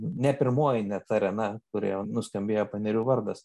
ne pirmoji net arena kurioje nuskambėjo panerių vardas